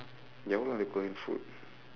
எவ்வள:evvala